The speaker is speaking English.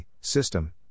system